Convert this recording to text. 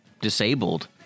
disabled